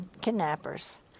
kidnappers